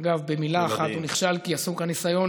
אגב, במילה אחת: הוא נכשל כי עשו כאן ניסיון